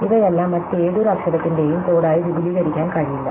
ഇവയെല്ലാം മറ്റേതൊരു അക്ഷരത്തിന്റെയും കോഡായി വിപുലീകരിക്കാൻ കഴിയില്ല